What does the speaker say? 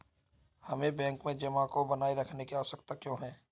हमें बैंक में जमा को बनाए रखने की आवश्यकता क्यों है?